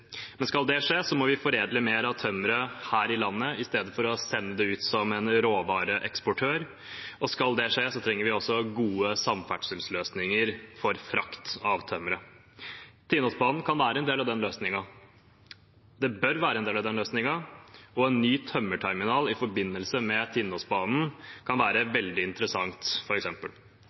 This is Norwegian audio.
men skal det skje, må vi foredle mer av tømmeret her i landet i stedet for å sende det ut, som en råvareeksportør. Skal det skje, trenger vi også gode samferdselsløsninger for frakt av tømmeret. Tinnosbanen kan være en del av den løsningen – den bør være en del av den løsningen. En ny tømmerterminal i forbindelse med Tinnosbanen kan f.eks være veldig interessant.